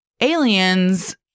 aliens